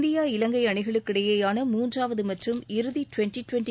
India Ilangai அணிகளுக்கிடையிலாள மூன்றாவது மற்றம் இறுதி டிவென்டி டிவென்டி